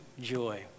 joy